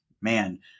man